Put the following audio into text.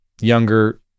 Younger